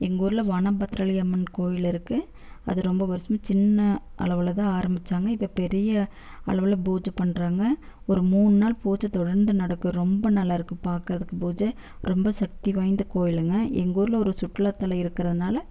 எங்கூரில் வானம் பத்ராளி அம்மன் கோவில் இருக்கு அது ரொம்ப வருசமா சின்ன அளவுலதான் ஆரமிச்சாங்க இப்போ பெரிய அளவில் பூஜை பண்ணுறாங்க ஒரு மூண் நாள் பூஜை தொடர்ந்து நடக்கும் ரொம்ப நல்லாருக்கும் பார்க்கறதுக்கு பூஜை ரொம்ப சக்தி வாய்ந்த கோயிலுங்க எங்கூரில் ஒரு சுற்றுலாத்தலம் இருக்கறதுனால